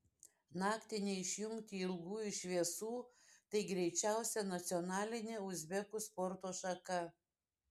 naktį neišjungti ilgųjų šviesų tai greičiausia nacionalinė uzbekų sporto šaka